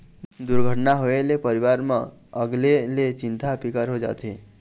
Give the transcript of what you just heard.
दुरघटना होए ले परिवार म अलगे ले चिंता फिकर हो जाथे